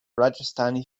rajasthani